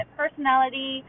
personality